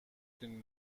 دونی